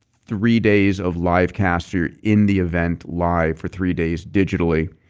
three days of live cast. you're in the event live for three days digitally.